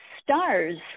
stars